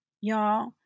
y'all